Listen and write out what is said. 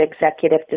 executive